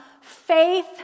Faith